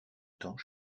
temps